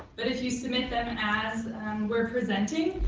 but if you submit them and as we're presenting,